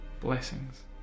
blessings